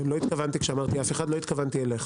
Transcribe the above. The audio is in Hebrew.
כשאמרתי 'אף אחד' לא התכוונת אליך.